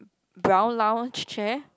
brown lounge chair